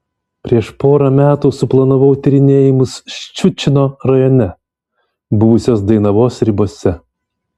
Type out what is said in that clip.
prieš porą metų suplanavau tyrinėjimus ščiučino rajone buvusios dainavos ribose